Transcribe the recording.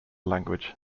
language